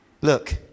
Look